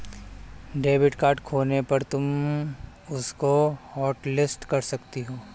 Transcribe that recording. debit card खोने पर तुम उसको हॉटलिस्ट कर सकती हो